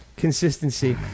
Consistency